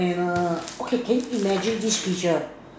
and err okay can you imagine this picture